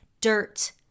Dirt